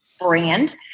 brand